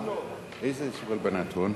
איזה איסור הלבנת הון?